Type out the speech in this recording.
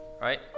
Right